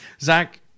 Zach